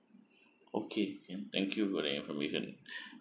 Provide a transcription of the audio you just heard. okay can thank you for the information